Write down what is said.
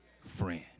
friend